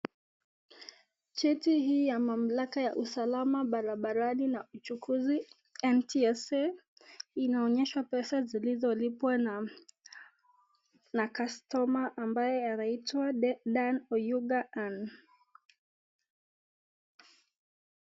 Cheti hii ya mamlaka ya usalama barabarani na uchukuzi, NTSA inaonyesha pesa zilizolipwa na customer ambaye anaitwa Dedan Oyuga Ann.